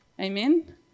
Amen